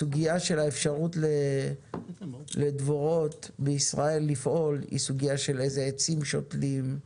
הסוגיה של האפשרות לדבורים בישראל לפעול היא סוגיה של איזה עצים שותלים,